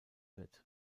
wird